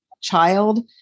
child